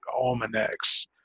almanacs